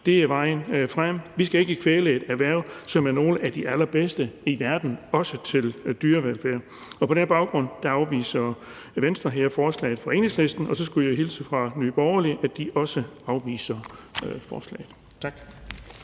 er vejen frem. Vi skal ikke kvæle et erhverv, som er et af de allerbedste i verden, også til dyrevelfærd. På den baggrund afviser Venstre her forslaget fra Enhedslisten, og jeg skulle hilse fra Nye Borgerlige og sige, at de også afviser forslaget. Tak.